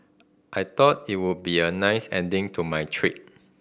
I thought it would be a nice ending to my trip